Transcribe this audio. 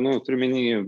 nu turiu omeny